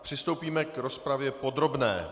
Přistoupíme k rozpravě podrobné.